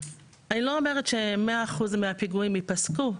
אני לא אומרת ש-100% מהפיגועים ייפסקו,